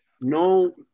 No